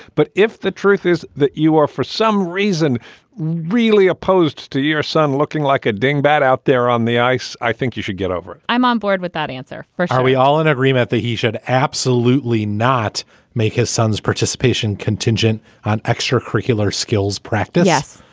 but if the truth is that you are for some reason really opposed to your son looking like a dingbat out there on the ice, i think you should get over i'm on board with that answer. first, are we all in agreement that he should absolutely not make his son's participation contingent on extra curricular skills practice? yes.